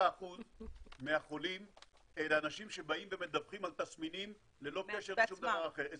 25% מהחולים אלה אנשים שמדווחים על תסמינים ללא קשר לשום דבר אחר.